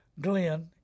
Glenn